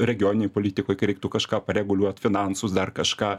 regioninėj politikoj kai reiktų kažką pareguliuot finansus dar kažką